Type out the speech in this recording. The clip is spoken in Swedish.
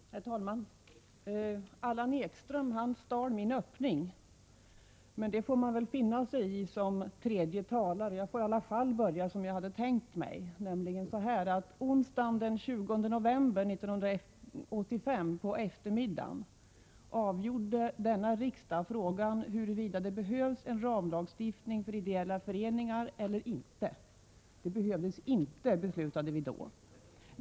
Herr talman! Allan Ekström stal min öppning. Det får man väl finna sig i som tredje talare. Jag börjar i alla fall som jag hade tänkt mig. Onsdagen den 20 november 1985, på eftermiddagen, avgjorde riksdagen frågan huruvida det behövs en ramlagstiftning för ideella föreningar eller inte. Det behövdes inte en sådan lagstiftning, beslutade vi då.